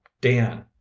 dan